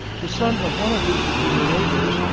the son of one of his virginia neighbors,